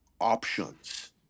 options